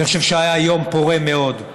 אני חושב שהיה יום פורה מאוד,